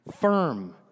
firm